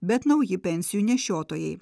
bet nauji pensijų nešiotojai